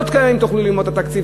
עוד כמה ימים תוכלו ללמוד את התקציב,